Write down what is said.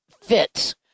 fits